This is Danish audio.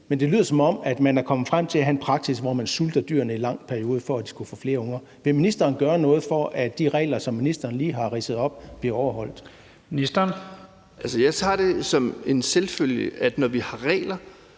mange steder er kommet frem til at have en praksis, hvor man sulter dyrene i en lang periode, for at de skal få flere unger. Vil ministeren gøre noget, for at de regler, som ministeren lige har ridset op, bliver overholdt? Kl. 15:26 Første næstformand (Leif Lahn Jensen):